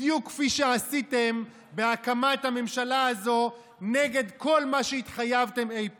בדיוק כפי שעשיתם בהקמת הממשלה הזאת נגד כל מה שהתחייבתם אי פעם.